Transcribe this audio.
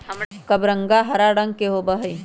कबरंगा हरा रंग के होबा हई